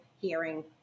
hearing